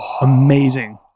amazing